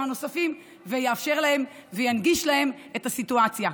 הנוספים ויאפשר וינגיש להם את הסיטואציה.